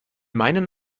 meinen